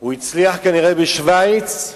הוא הצליח כנראה בשווייץ,